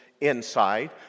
inside